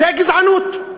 זאת גזענות.